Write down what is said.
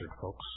folks